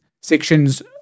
sections